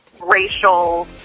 racial